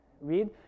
read